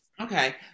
Okay